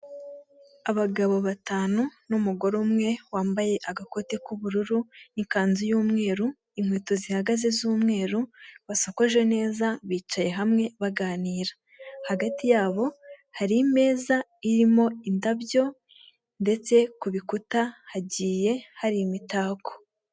Abagabo batanu n'umugore umwe wambaye agakote k'ubururu n'ikanzu y'umweru, inkweto zihagaze z'umweru, basakoje neza bicaye hamwe baganira, hagati yabo hari imeza irimo indabyo ndetse ku bikuta hagiye hari imitako.